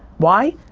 why?